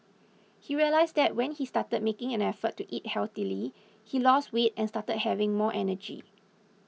he realised that when he started making an effort to eat healthily he lost weight and started having more energy